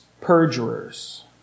perjurers